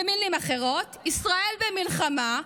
במילים אחרות, ישראל במלחמה,